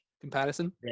comparison